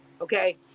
Okay